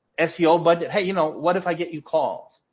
ah seo budget. hey, you know, what if i get you calls?